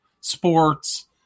sports